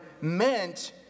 meant